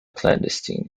clandestine